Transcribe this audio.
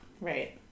Right